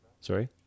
Sorry